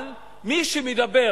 אבל מי שמדבר